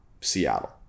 Seattle